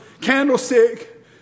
candlestick